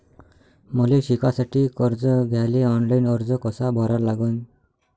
मले शिकासाठी कर्ज घ्याले ऑनलाईन अर्ज कसा भरा लागन?